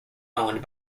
owned